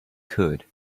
could